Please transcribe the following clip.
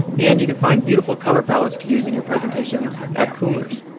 and you can find beautiful color palettes to use in your presentations at coolers.